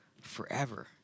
forever